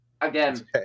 Again